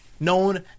Known